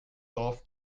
dorf